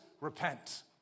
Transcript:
Repent